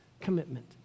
commitment